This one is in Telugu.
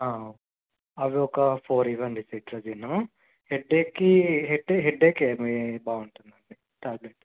అవి ఒక ఫోర్ ఇవ్వండి సిట్రిజన్ను హెడేక్కి హెడ్ హెడేక్కి ఏమి బాగుంటుంది అండి ట్యాబ్లెట్